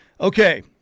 Okay